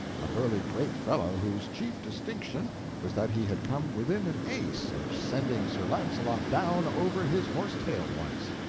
a burly great fellow whose chief distinction was that he had come within an ace of sending sir launcelot down over his horse-tail once.